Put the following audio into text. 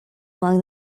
along